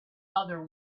other